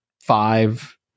five